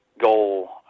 goal